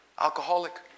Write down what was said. alcoholic